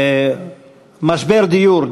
משבר הדיור,